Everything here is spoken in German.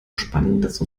spannendes